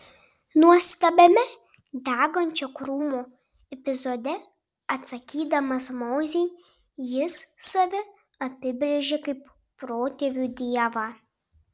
nuostabiame degančio krūmo epizode atsakydamas mozei jis save apibrėžia kaip protėvių dievą